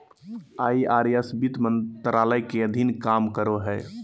IRS वित्त मंत्रालय के अधीन काम करो हय